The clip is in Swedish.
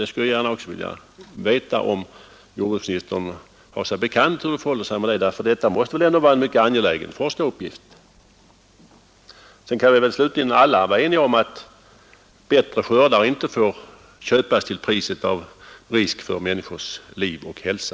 Jag skulle gärna också vilja veta om jordbruksministern är informerad om detta. Det mäste väl ändå vara en mycket angelägen forskningsuppgift. Vi kan väl slutligen alla vara eniga om att bättre skördar inte får köpas till priset av risk för människors liv och hälsa.